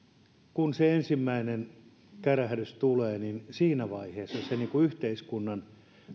kun se ensimmäinen kärähdys tulee niin siinä vaiheessa pitäisi olla se yhteiskunnan